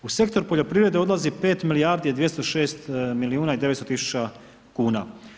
U sektor poljoprivrede odlazi 5 milijardi 206 milijuna i 900 tisuća kuna.